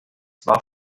war